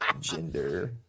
gender